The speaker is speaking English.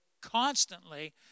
constantly